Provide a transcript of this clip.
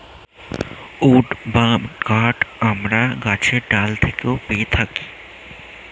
would বা কাঠ আমরা গাছের ডাল থেকেও পেয়ে থাকি